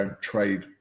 trade